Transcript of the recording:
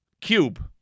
Cube